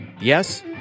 Yes